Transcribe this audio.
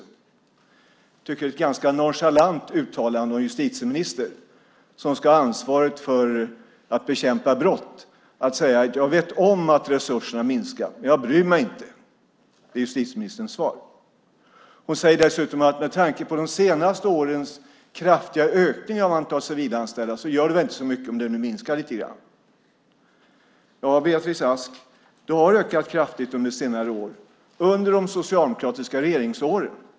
Jag tycker att det är ett ganska nonchalant uttalande av en justitieminister som ska ha ansvaret för att bekämpa brott att säga att hon vet om att resurserna minskar men att hon inte bryr sig. Det är justitieministerns svar. Hon säger dessutom att med tanke på de senaste årens kraftiga ökning av antalet civilanställda gör det inte så mycket att antalet nu minskar lite grann. Ja, Beatrice Ask, antalet civilanställda har ökat kraftigt under senare år - under de socialdemokratiska regeringsåren.